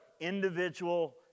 individual